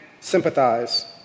sympathize